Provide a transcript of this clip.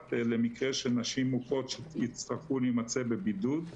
למקרה שנשים מוכות הצטרכו להימצא בבידוד.